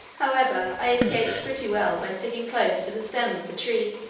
however, i escaped pretty well by sticking close to the stem of the tree,